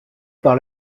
par